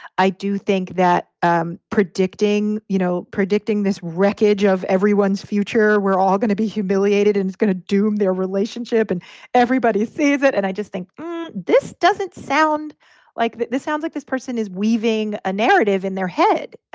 i do think that um predicting, you know, predicting this wreckage of everyone's future, we're all gonna be humiliated and it's gonna do their relationship and everybody say that. and i just think um this doesn't sound like this sounds like this person is weaving a narrative in their head.